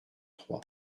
trois